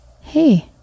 Hey